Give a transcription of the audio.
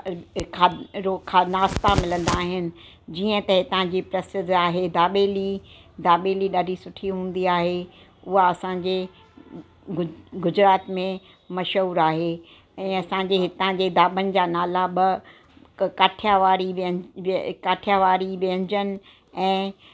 ख खा अहिड़ो ख नास्ता मिलंदा आहिनि जीअं त हितां जी प्रसिद्ध आहे दाॿेली दाॿेली ॾाढी सुठी हूंदी आहे उहा असांजे गुज गुजरात में मशहूरु आहे ऐं असांजे हितां जे ढाबनि जा नाला बि काठियावाड़ी व्यं काठियावाड़ी व्यंजन ऐं